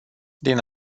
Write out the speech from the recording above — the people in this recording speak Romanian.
din